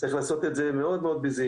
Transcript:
צריך לעשות את זה מאוד, מאוד בזהירות